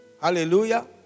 Hallelujah